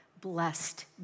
Blessed